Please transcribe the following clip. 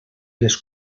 les